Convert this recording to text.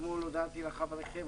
אתמול הודעתי לחברכם,